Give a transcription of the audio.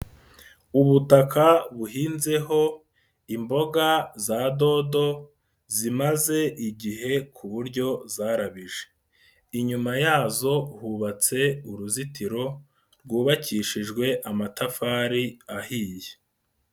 Ubutaka buhinzeho imboga za dodo, zimaze igihe ku buryo zarabije. Inyuma yazo hubatse uruzitiro, rwubakishijwe amatafari ahiye.